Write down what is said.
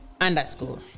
underscore